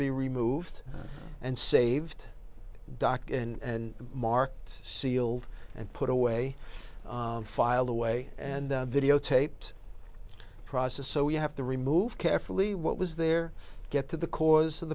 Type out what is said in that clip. be removed and saved doc and marked sealed and put away filed away and videotaped process so we have to remove carefully what was there get to the cause of